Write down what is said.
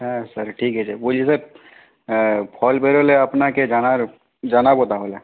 হ্যাঁ স্যার ঠিক আছে বলছি স্যার ফল বেরোলে আপনাকে জানাব তাহলে